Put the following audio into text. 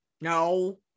No